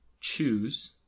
choose